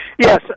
Yes